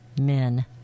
Men